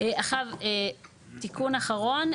עכשיו, תיקון אחרון.